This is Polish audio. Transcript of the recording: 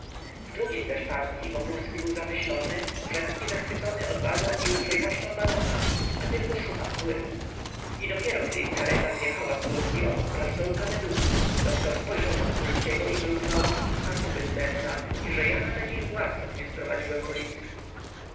w drugiej zaś partyi wokulski był zamyślony rzecki zachwycony odwagą i uprzejmością barona a tylko szuman zły i dopiero gdy ich kareta zjechała z górki obok klasztoru kamedułów doktor spojrzał na wokulskiego i mruknął a to bydlęta i że ja na takich błaznów nie sprowadziłem policyi